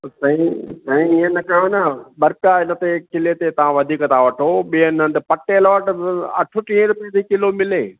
साईं साईं इएं न कयो न ॿ रुपया हिन ते किले ते तव्हां वधीक था वठो ॿियनि हंधि पटेल वटि बि अठटीहें रुपये थी किलो मिले